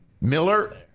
Miller